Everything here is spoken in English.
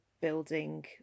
building